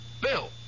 Bill